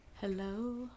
Hello